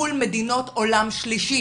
מול מדינות עולם שלישי